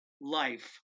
life